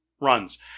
runs